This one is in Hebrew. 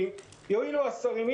יואילו השרים.